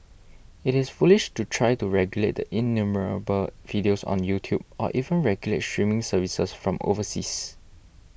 it is foolish to try to regulate the innumerable videos on YouTube or even regulate streaming services from overseas